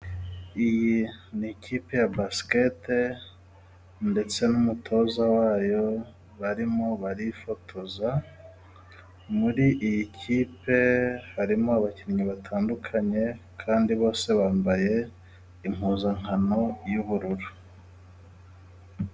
Iyi ni ikipe ya basiketiboru ndetse n'umutoza wayo barimo barifotoza, muri iyi kipe harimo abakinnyi batandukanye kandi bose bambaye impuzankano y'ubururu.